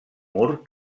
mur